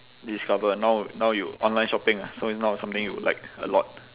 discover now now you online shopping ah so it's not something you like a lot